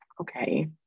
okay